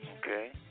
Okay